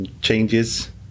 changes